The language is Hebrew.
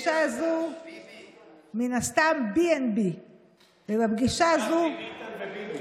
מן הסתם B&B. חשבתי ביטן וביטון.